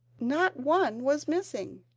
not one was missing.